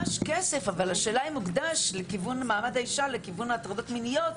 אני אומרת שהוקדש כסף אבל השאלה אם הוקדש לכיוון הטרדות מיניות.